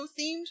themed